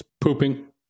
Pooping